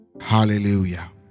hallelujah